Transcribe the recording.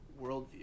worldview